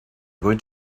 going